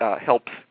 helps